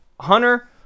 Hunter